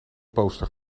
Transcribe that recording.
poster